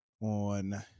on